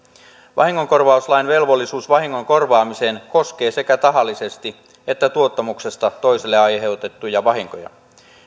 vahingonkorvauslain velvollisuus vahingon korvaamiseen koskee sekä tahallisesti että tuottamuksesta toiselle aiheutettuja vahinkoja